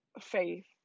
faith